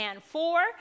four